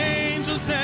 angels